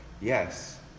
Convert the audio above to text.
Yes